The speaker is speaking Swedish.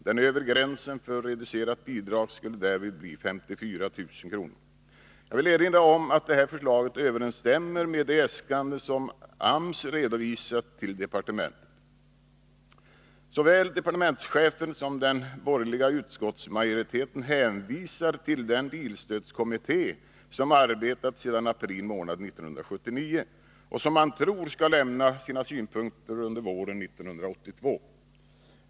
Den övre gränsen för reducerat bidrag skulle därvid bli 54 000 kr. Jag vill erinra om att det här förslaget överensstämmer med de äskanden som AMS redovisat till departementet. Såväl departementschefen som den borgerliga utskottsmajoriteten hänvisar till den bilstödskommitté som arbetat sedan april månad 1979 och som man tror skall lämna sina synpunkter under våren 1982.